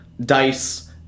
dice